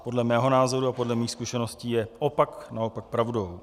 Podle mého názoru a podle mých zkušeností je opak naopak pravdou.